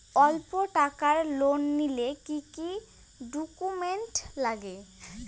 অল্প টাকার লোন নিলে কি কি ডকুমেন্ট লাগে?